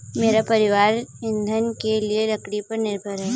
मेरा परिवार ईंधन के लिए लकड़ी पर निर्भर है